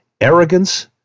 arrogance